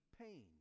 pain